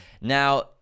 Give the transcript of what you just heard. Now